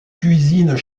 cuisines